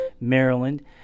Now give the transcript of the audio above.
Maryland